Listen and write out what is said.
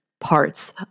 parts